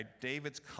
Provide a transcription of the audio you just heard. David's